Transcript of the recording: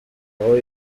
aho